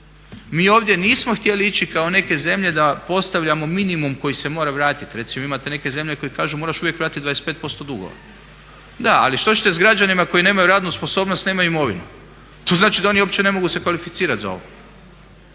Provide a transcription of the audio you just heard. Mi ovdje nismo htjeli ići kao neke zemlje da postavljamo minimum koji se mora vratiti. Recimo imate neke zemlje koje kažu moraš uvijek vratiti 25% dugova. Da, ali što ćete sa građanima koji nemaju radnu sposobnost, nemaju imovinu. To znači da oni uopće se ne mogu kvalificirati za ovo.